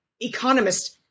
economist